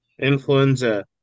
Influenza